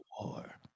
war